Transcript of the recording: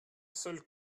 seul